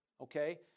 okay